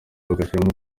bagashyiramo